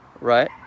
right